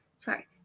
sorry